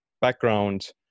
background